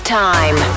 time